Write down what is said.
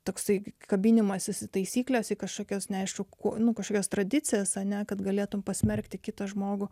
tasai kabinimasis į taisykles kažkokios neaišku ko nu kažkokios tradicijos ane kad galėtumei pasmerkti kitą žmogų